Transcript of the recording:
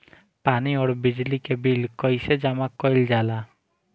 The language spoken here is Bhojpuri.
पानी और बिजली के बिल कइसे जमा कइल जाला?